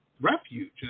refuge